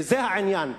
וזה העניין.